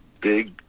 big